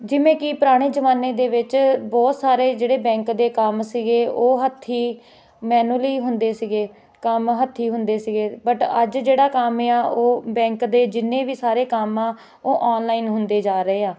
ਜਿਵੇਂ ਕਿ ਪੁਰਾਣੇ ਜ਼ਮਾਨੇ ਦੇ ਵਿੱਚ ਬਹੁਤ ਸਾਰੇ ਜਿਹੜੇ ਬੈਂਕ ਦੇ ਕੰਮ ਸੀਗੇ ਉਹ ਹੱਥੀਂ ਮੈਨੁਲੀ ਹੁੰਦੇ ਸੀਗੇ ਕੰਮ ਹੱਥੀਂ ਹੁੰਦੇ ਸੀਗੇ ਬਟ ਅੱਜ ਜਿਹੜਾ ਕੰਮ ਆ ਉਹ ਬੈਂਕ ਦੇ ਜਿੰਨੇ ਵੀ ਸਾਰੇ ਕੰਮ ਆ ਉਹ ਆਨਲਾਈਨ ਹੁੰਦੇ ਜਾ ਰਹੇ ਆ